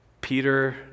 Peter